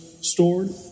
stored